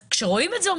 כשרואים את זה,